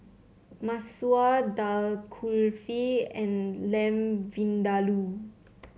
Masoor Dal Kulfi and Lamb Vindaloo